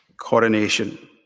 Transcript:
coronation